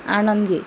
आनंदी